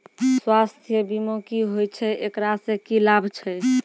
स्वास्थ्य बीमा की होय छै, एकरा से की लाभ छै?